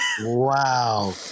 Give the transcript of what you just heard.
Wow